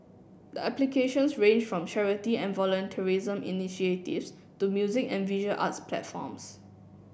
the applications ranged from charity and volunteerism initiatives to music and visual arts platforms